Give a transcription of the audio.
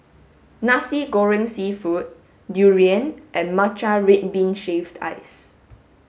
Nasi Goreng seafood durian and matcha red bean shaved ice